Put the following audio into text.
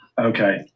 Okay